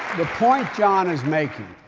the point john is making,